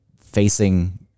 facing